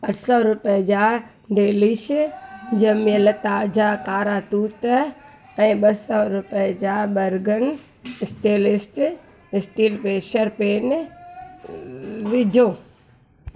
अठ सौ रुपियनि जा डेलिश ॼमयल ताज़ा कारा तूत ऐं ॿ सौ रुपियनि जा बर्गन स्टेनलेस स्टील प्रेशर पैन विझो